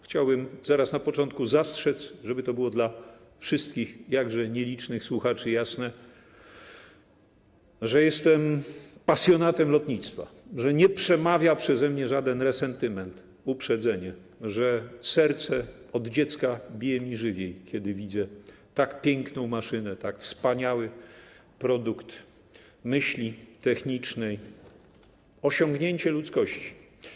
Chciałbym zaraz na początku zastrzec, żeby to było dla wszystkich, jakże nielicznych słuchaczy jasne, że jestem pasjonatem lotnictwa, że nie przemawia przeze mnie żaden resentyment, uprzedzenie, że serce od dziecka bije mi żywiej, kiedy widzę tak piękną maszynę, tak wspaniały produkt myśli technicznej, osiągnięcie ludzkości.